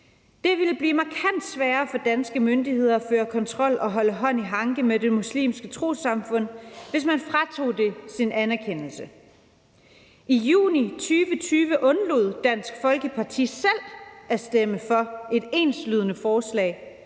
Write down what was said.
Det ville blive markant sværere for danske myndigheder at føre kontrol og holde hånd i hanke med Det Islamiske Trossamfund, hvis man fratog det dets anerkendelse. I juni 2020 undlod Dansk Folkeparti selv at stemme for et enslydende forslag,